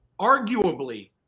arguably